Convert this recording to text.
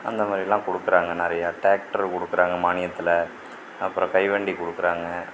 அந்த மாதிரிலாம் கொடுக்குறாங்க நிறையா டிராக்டரு கொடுக்குறாங்க மானியத்தில் அப்புறம் கைவண்டி கொடுக்குறாங்க